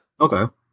okay